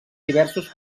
diversos